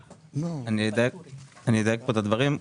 אדייק פה את הדברים.